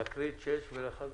נקרא את 6, ולאחר